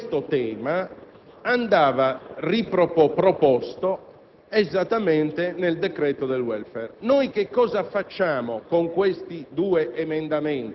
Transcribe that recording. Sulla base di questo confronto si è addivenuti ad un testo, poi ulteriormente corretto ed integrato, che adesso è all'esame dell'Aula.